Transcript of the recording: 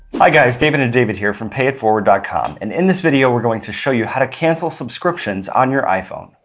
hi guys, david and david here from payetteforward ah com, and in this video, we're going to show you how to cancel subscriptions on your iphone.